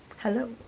hello,